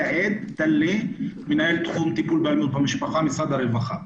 מנהל תחום טיפול באלימות במשפחה במשרד הרווחה.